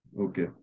Okay